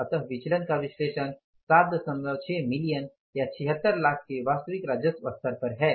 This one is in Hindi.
अतः विचलन का विश्लेषण 76 मिलियन 76 लाख के वास्तविक राजस्व स्तर पर है